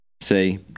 Say